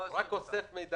לא 2021. אני רק אוסף מידע,